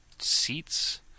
Seats